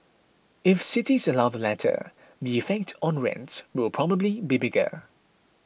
if cities allow the latter the effect on rents will probably be bigger